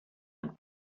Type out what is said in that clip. and